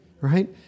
right